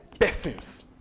persons